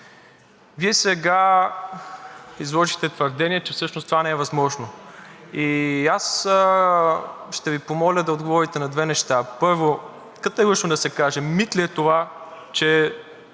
Вие сега излъчихте твърдение, че всъщност това не е възможно. Аз ще Ви помоля да отговорите на две неща. Първо, категорично да се каже: мит ли е това, че